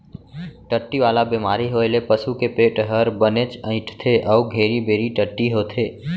टट्टी वाला बेमारी होए ले पसू के पेट हर बनेच अइंठथे अउ घेरी बेरी टट्टी होथे